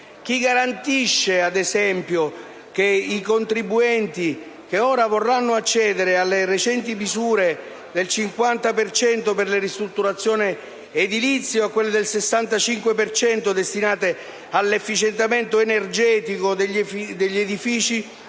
Chi garantisce, ad esempio, che i contribuenti che ora vorranno accedere alle recenti misure del 50 per cento per le ristrutturazioni edilizie o a quelle del 65 per cento destinate all'efficientamento energetico degli edifici